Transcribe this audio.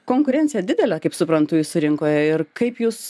konkurencija didelė kaip suprantu jūsų rinkoje ir kaip jūs